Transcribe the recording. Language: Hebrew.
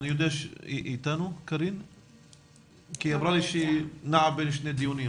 היא נעה בין שני דיונים.